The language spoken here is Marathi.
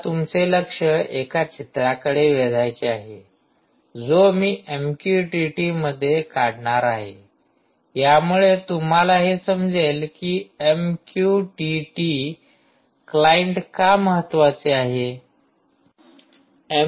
मला तुमचे लक्ष एका चित्राकडे वेधायचे आहे जो मी एमक्यूटीटी मध्ये काढणार आहेयामुळे तुम्हाला हे समजेल कि एमक्यूटीटी क्लाइंट का महत्वाचे आहे